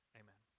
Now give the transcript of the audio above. amen